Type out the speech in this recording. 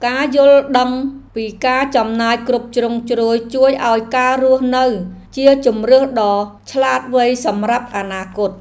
ការយល់ដឹងពីការចំណាយគ្រប់ជ្រុងជ្រោយជួយឱ្យការរស់នៅជាជម្រើសដ៏ឆ្លាតវៃសម្រាប់អនាគត។